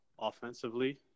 offensively